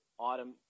item